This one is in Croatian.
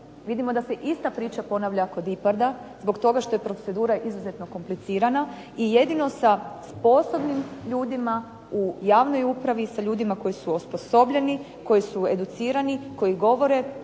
vidimo da se ista priča ponavlja kod IPARD-a zbog toga što je procedura izuzetno komplicirana i jedino sa sposobnim ljudima u javnoj upravi, sa ljudima koji su osposobljeni, koji su educirani, koji govore